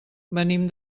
venim